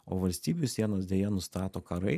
o valstybių sienas deja nustato karai